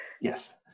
Yes